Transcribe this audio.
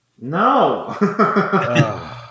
No